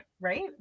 Right